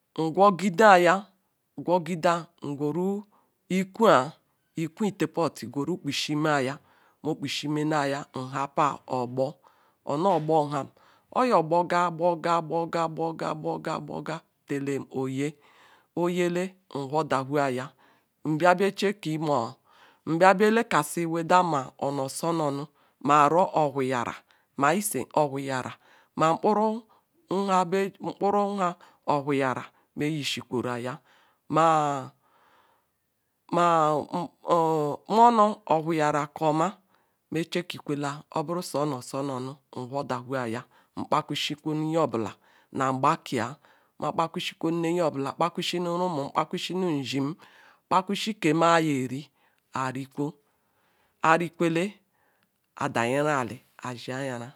Ngwogidiya gwogida ngweru ikwu ikwu itea pot gweru bugidiya mokpushirn eya nhappur ogbor onu ogbor ham oyor gborrga gbor tela oye oyple nuhoda who ya nbia bealekasi ma ono so nonu ma aru o augara ma ye ohuyara ma nkpuru ha ohnyara me yisi kweruya Ma monor ohuyara koma ma checkikwela obum su onosonamu nwodahorya nkpakwusikwu nye sbula nu angba keya ma kpakushina rumunm kpakasbina iziem kushi ke ma ny eri aruka arikwele adayiriah azie ayara.